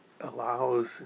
allows